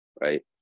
right